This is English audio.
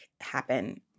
happen